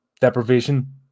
deprivation